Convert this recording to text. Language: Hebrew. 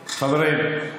חברים.